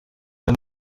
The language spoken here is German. ein